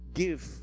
give